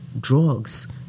drugs